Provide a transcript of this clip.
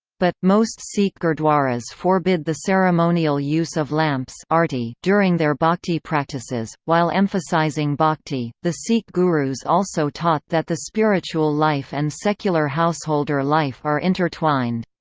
but, most sikh gurdwaras forbid the ceremonial use of lamps um during their bhakti practices while emphasizing bhakti, the sikh gurus also taught that the spiritual life and secular householder life are intertwined.